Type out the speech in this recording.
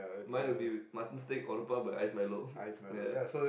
mine will be Mutton-Steak but Iced Milo